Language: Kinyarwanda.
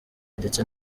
ndetse